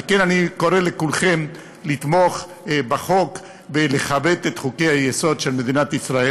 על כן אני קורא לכולכם לתמוך בחוק ולכבד את חוקי-היסוד של מדינת ישראל.